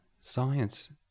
Science